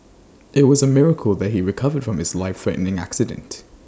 IT was A miracle that he recovered from his lifethreatening accident